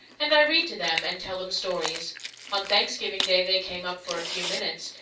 and i read to them and tell them stories on thanksgiving day they came up for a few minutes,